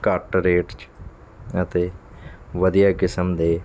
ਘੱਟ ਰੇਟ 'ਚ ਅਤੇ ਵਧੀਆ ਕਿਸਮ ਦੇ